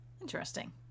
Interesting